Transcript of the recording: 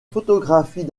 photographies